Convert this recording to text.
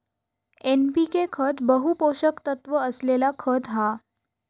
NPK खत बहु पोषक तत्त्व असलेला खत हा